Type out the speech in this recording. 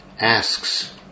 asks